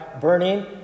burning